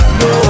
no